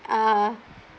uh